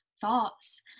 thoughts